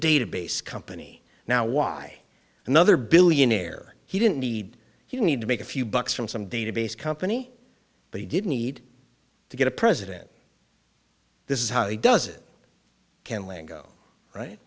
database company now why another billionaire he didn't need he need to make a few bucks from some database company but he didn't need to get a president this is how he does it can lego right